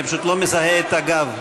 אני פשוט לא מזהה את הגב.